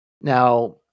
Now